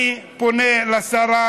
אני פונה לשרה